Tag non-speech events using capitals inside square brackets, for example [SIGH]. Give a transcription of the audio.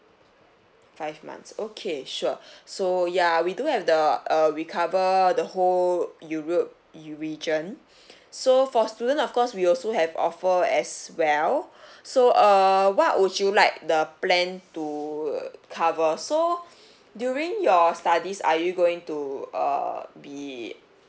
five months okay sure so ya we do have the err we cover the whole europe re~ region [BREATH] so for student of cause we also have offer as well so err what would you like the plan to cover so [BREATH] during your studies are you going to err be